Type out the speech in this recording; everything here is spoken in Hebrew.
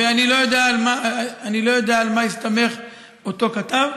ואני לא יודע על מה הסתמך אותו כתב.